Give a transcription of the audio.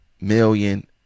million